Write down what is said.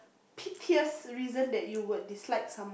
p~ pierce reason that you would dislike some